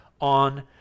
on